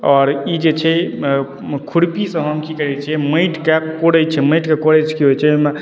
आओर ई जे छै खुरपीसँ हम की करैत छियै माटिके कोरैत छियै माटिके कोरैसँ की होइत छै ओहिमे